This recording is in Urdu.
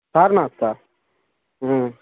سارناتھ کا ہوں